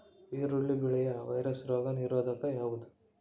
ಈರುಳ್ಳಿ ಬೆಳೆಯ ವೈರಸ್ ರೋಗ ನಿರೋಧಕ ಯಾವುದು?